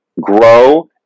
grow